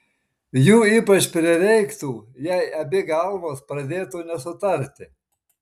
jų ypač prireiktų jei abi galvos pradėtų nesutarti